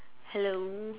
hello